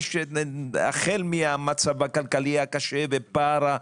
החל מהמצב הכלכלי הקשה ופער.